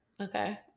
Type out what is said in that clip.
Okay